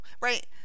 right